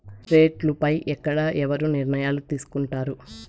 రేట్లు పై ఎక్కడ ఎవరు నిర్ణయాలు తీసుకొంటారు?